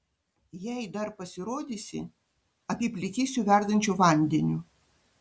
jei dar pasirodysi apiplikysiu verdančiu vandeniu